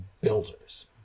builders